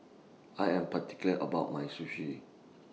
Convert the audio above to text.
I Am particular about My Sushi